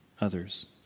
others